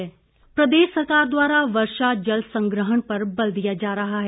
मुख्यमंत्री प्रदेश सरकार द्वारा वर्षा जल संग्रहण पर बल दिया जा रहा है